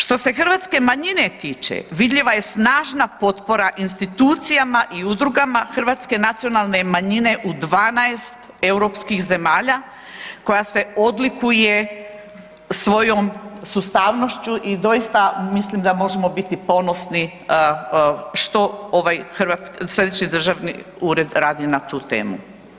Što se hrvatske manjine tiče, vidljiva je snažna potpora institucijama i udrugama hrvatske nacionalne manjine u 12 europskih zemalja koja se odlikuje svojom sustavnošću i doista mislim da možemo biti ponosni što ovaj Središnji državni ured radi na tu temu.